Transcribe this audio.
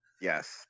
Yes